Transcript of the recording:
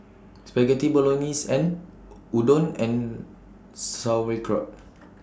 Spaghetti Bolognese and Udon and Sauerkraut